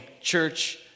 church